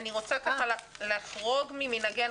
אני רוצה לחרוג ממנהגנו.